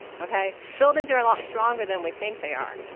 okay? buildings are a lot stronger than we think they are.